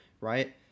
right